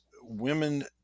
women